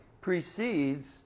precedes